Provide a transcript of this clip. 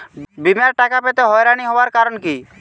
বিমার টাকা পেতে হয়রানি হওয়ার কারণ কি?